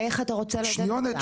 איך אתה רוצה לעודד אותן?